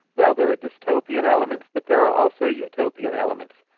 well, there are dystopian elements but there are also utopian elements.